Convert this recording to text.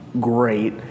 great